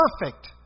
perfect